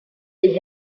die